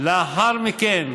לאחר מכן